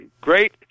Great